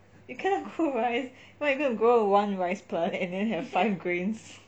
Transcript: you cannot rice what you gonna grow one rice plant and then have five grains